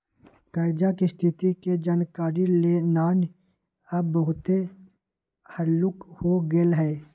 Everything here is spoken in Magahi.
कर्जा की स्थिति के जानकारी लेनाइ अब बहुते हल्लूक हो गेल हइ